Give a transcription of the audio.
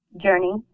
Journey